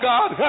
God